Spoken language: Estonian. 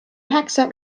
üheksa